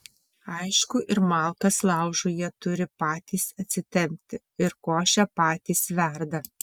aišku ir malkas laužui jie turi patys atsitempti ir košę patys verda